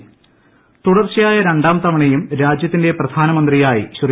പ്രധാനമന്ത്രി തുടർച്ചയായ രണ്ടാം തവണയും രാജ്യത്തിന്റെ പ്രധാനമന്ത്രിയായി ശ്രീ